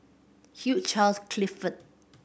Hugh Charles Clifford